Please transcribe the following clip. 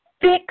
fix